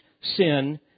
sin